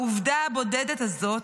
העובדה הבודדת הזאת,